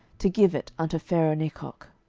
to give it unto pharaohnechoh.